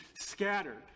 scattered